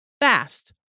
fast